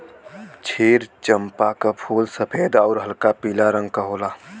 क्षीर चंपा क फूल सफेद आउर हल्का पीला रंग क होला